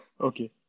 Okay